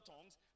tongues